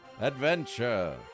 Adventure